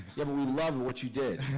but we love what you did.